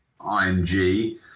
IMG